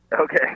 Okay